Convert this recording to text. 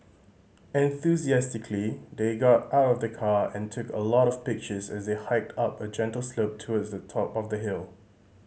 enthusiastically they got out of the car and took a lot of pictures as they hiked up a gentle slope towards the top of the hill